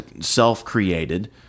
self-created